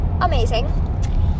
amazing